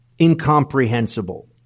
incomprehensible